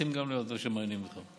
שים לב גם לדברים שמעניינים אותך.